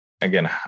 Again